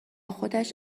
خودش